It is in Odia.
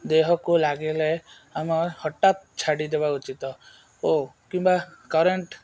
ଦେହକୁ ଲାଗିଲେ ଆମର ହଠାତ ଛାଡ଼ି ଦେବା ଉଚିତ ଓ କିମ୍ବା କରେଣ୍ଟ